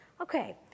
Okay